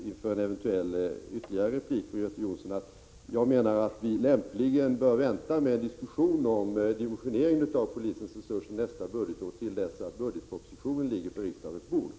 Inför en eventuell ytterligare replik från Göte Jonsson vill jag också säga att vi lämpligen bör vänta med diskussion om användning av polisens resurser för nästa budgetår till dess budgetpropositionen föreligger på riksdagens bord.